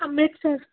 Amritsar